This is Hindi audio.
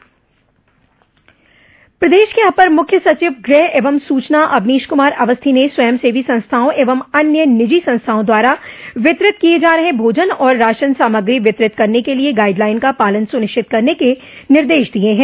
प्रदेश के अपर मुख्य सचिव गृह एवं सूचना अवनीश कूमार अवस्थी ने स्वयंसेवी संस्थाओं एवं अन्य निजी संस्थाओं द्वारा वितरित किये जा रहे भोजन और राशन सामग्री वितरित करने के लिये गाइडलाइन का पालन सुनिश्चित करने के निर्देश दिये हैं